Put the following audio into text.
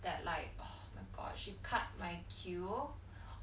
that like my god she cut my queue